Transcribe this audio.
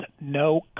no